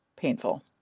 painful